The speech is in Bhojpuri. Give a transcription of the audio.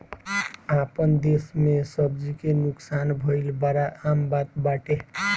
आपन देस में सब्जी के नुकसान भइल बड़ा आम बात बाटे